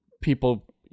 people